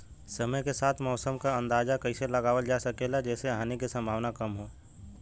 समय के साथ मौसम क अंदाजा कइसे लगावल जा सकेला जेसे हानि के सम्भावना कम हो?